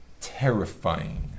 terrifying